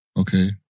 Okay